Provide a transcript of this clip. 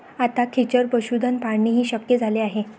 आता खेचर पशुधन पाळणेही शक्य झाले आहे